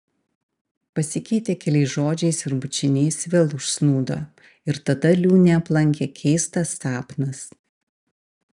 pasikeitę keliais žodžiais ir bučiniais vėl užsnūdo ir tada liūnę aplankė keistas sapnas